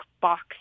box